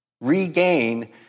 regain